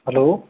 hello